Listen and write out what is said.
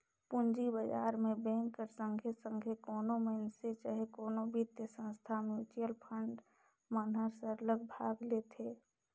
पूंजी बजार में बेंक कर संघे संघे कोनो मइनसे चहे कोनो बित्तीय संस्था, म्युचुअल फंड मन हर सरलग भाग लेथे